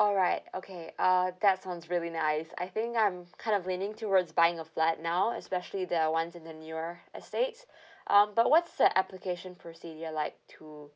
alright okay uh that sounds really nice I think I'm kind of leaning towards buying a flat now especially there are ones in the newer estates um but what's the application procedure like to